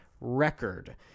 record